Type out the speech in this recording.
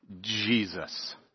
Jesus